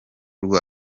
rwa